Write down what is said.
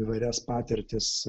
įvairias patirtis